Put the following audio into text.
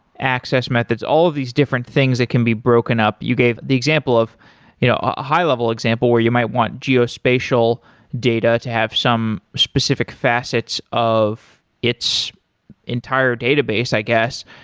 access methods, all of these different things that can be broken up. you gave the example of you know a high-level example where you might want geospatial data to have some specific facets of its entire database, i guess.